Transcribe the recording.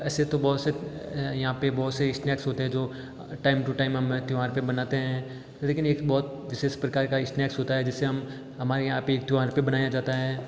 ऐसे तो बहुत से यहाँ पे बहुत से स्नेक्स होते हैं जो टाइम टू टाइम हम त्यौहार पे बनाते हैं लेकिन एक बहुत विशेष प्रकार का स्नेक्स होता है जिससे हम हमारे यहाँ त्यौहार पे बनाया जाता है